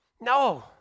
No